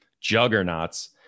juggernauts